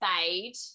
fade